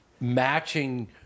matching